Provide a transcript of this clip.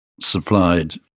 supplied